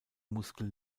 muskel